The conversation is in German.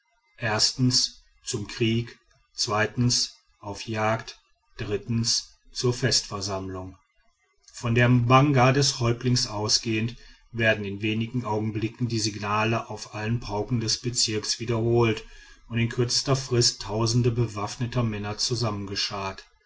zu krieg auf jagd zur festversammlung von der mbanga des häuptlings ausgehend werden in wenigen augenblicken die signale auf allen pauken eines bezirks wiederholt und in kürzester frist tausende bewaffneter männer